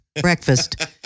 breakfast